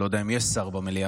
לא יודע אם יש שר במליאה,